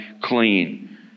clean